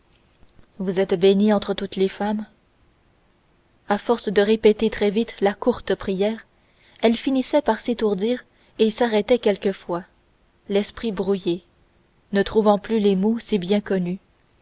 vous êtes bénie entre toutes les femmes à force de répéter très vite la courte prière elle finissait par s'étourdir et s'arrêtait quelquefois l'esprit brouillé ne trouvant plus les mots si bien connus